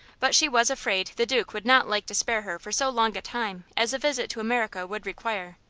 but she was afraid the duke would not like to spare her for so long a time as a visit to america would require.